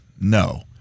No